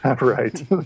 Right